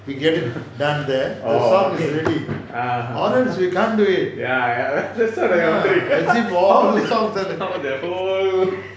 orh okay ah ha ha that's what I'm wondering how the whole